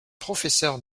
professeur